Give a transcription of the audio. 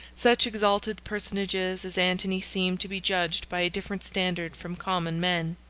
such exalted personages as antony seem to be judged by a different standard from common men.